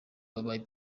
wabaye